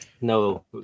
no